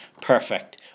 perfect